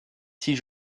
six